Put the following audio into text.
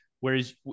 Whereas